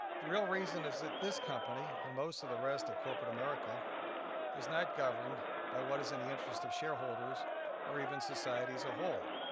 the real reason is that this company and most of the rest of corporate america is not governed by what is in the interest of shareholders or even society as a whole.